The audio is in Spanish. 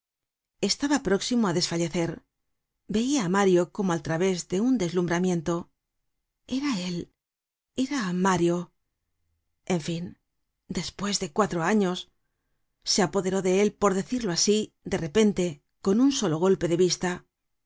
estaba próximo á desfallecer veia á mario como al través de un deslumbramiento era él era mario en fin despues de cuatro años se apoderó de él por decirlo asi de repente con un solo golpe de vista